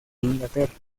inglaterra